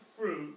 fruit